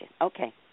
Okay